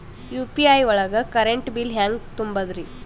UPI ಒಳಗ current bill ಹೆಂಗ್ ತುಂಬದ್ರಿ?